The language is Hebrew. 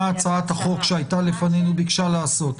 הצעת החוק שהיתה לפנינו ביקשה לעשות.